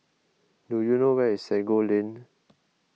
do you know where is Sago Lane